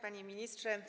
Panie Ministrze!